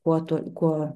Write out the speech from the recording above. kuo tu kuo